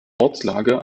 ortslage